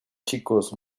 chicos